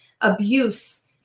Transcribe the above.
abuse